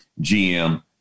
GM